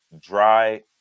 dry